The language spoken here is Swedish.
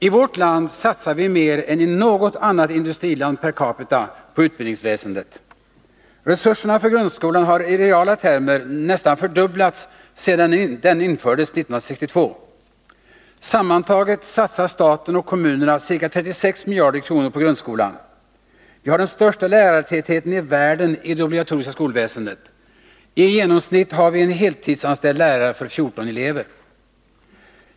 I vårt land satsar vi mer per capita på utbildningsväsendet än man gör i något annat industriland. Resurserna för grundskolan har i reala termer nästan fördubblats sedan den infördes 1962. Sammantaget satsar staten och kommunerna ca 36 miljarder kronor på grundskolan. Vi har den största lärartätheten i världen i det obligatoriska skolväsendet. I genomsnitt har vi en heltidsanställd lärare för 14 elever.